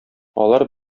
алар